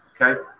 Okay